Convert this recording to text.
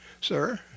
Sir